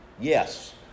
Yes